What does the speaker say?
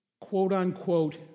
quote-unquote